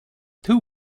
two